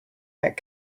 met